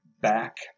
back